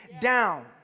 down